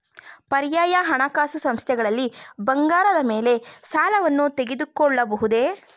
ಪರ್ಯಾಯ ಹಣಕಾಸು ಸಂಸ್ಥೆಗಳಲ್ಲಿ ಬಂಗಾರದ ಮೇಲೆ ಸಾಲವನ್ನು ತೆಗೆದುಕೊಳ್ಳಬಹುದೇ?